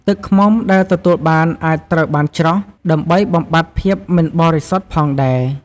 ទឹកឃ្មុំដែលទទួលបានអាចត្រូវបានច្រោះ ដើម្បីបំបាត់ភាពមិនបរិសុទ្ធផងដែរ។